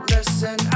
Listen